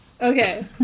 okay